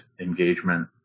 engagement